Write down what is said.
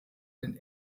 den